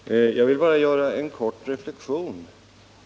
Herr talman! Jag vill bara göra en kort reflexion.